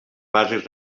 bases